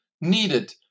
needed